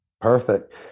perfect